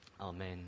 Amen